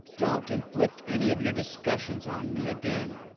don't inflict any of your discussions on me again.